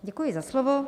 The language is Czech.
Děkuji za slovo.